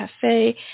cafe